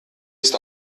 ist